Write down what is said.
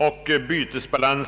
Vi anser att denna